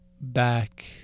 back